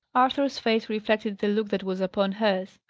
arthur's face reflected the look that was upon hers.